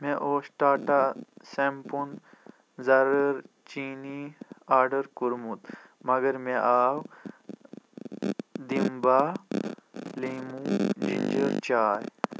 مےٚ اوس ٹاٹا سیمپُن زرٕر چینی آرڈر کوٚرمُت مگر مےٚ آو دِنٛبا لیمو جِنٛجر چاے